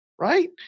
right